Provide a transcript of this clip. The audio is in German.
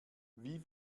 wie